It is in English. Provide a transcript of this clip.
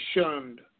shunned